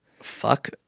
Fuck